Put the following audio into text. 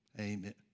Amen